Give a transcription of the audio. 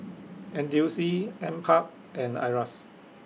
N T U C NParks and IRAS